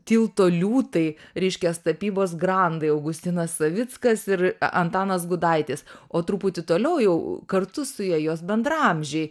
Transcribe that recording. tilto liūtai reiškias tapybos grandai augustinas savickas ir antanas gudaitis o truputį toliau jau kartu su ja jos bendraamžiai